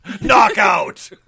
Knockout